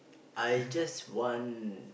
I just want